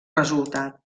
resultat